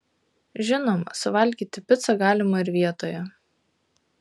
žinoma suvalgyti picą galima ir vietoje